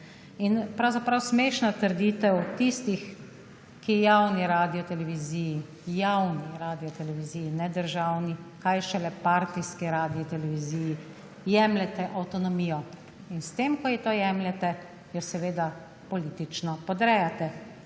In pravzaprav smešna trditev tistih, ki javni radioteleviziji, ne državni, kaj šele partijski radioteleviziji, jemljete avtonomijo. S tem, ko ji to jemljete, jo seveda politično podrejate